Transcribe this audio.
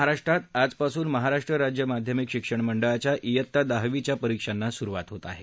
महाराष्ट्रात आजपासून महाराष्ट्र राज्य माध्यमिक शिक्षण मंडळाच्या वित्ता दहावीच्या परीक्षांना सुरुवात होत आहे